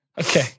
Okay